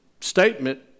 statement